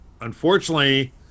Unfortunately